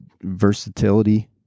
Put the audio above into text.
versatility